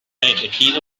ejercido